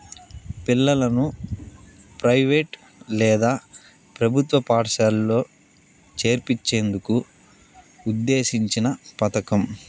పిల్లలను ప్రైవేట్ లేదా ప్రభుత్వ పాఠశాలలో చేర్పించేందుకు ఉద్దేశించిన పథకం